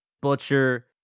Butcher